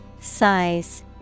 Size